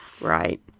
Right